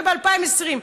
וניתן עוד ב-2019 וב-2020?